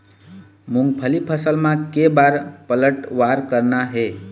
मूंगफली फसल म के बार पलटवार करना हे?